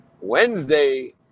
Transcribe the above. Wednesday